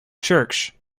church